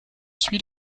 suit